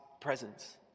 presence